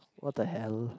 what the hell